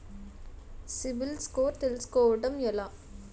CIBIL score తెల్సుకోటం ఎలా?